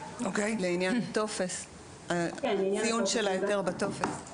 לעניין הציון של ההיתר בטופס.